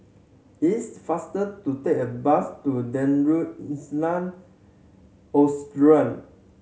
it's faster to take a bus to Darul Ihsan